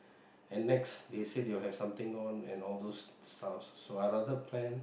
and next they say they got something on so I rather plan